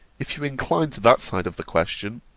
if you incline to that side of the question,